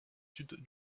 sud